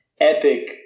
epic